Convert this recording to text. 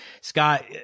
Scott